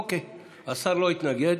אוקיי, השר לא התנגד.